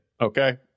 okay